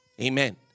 Amen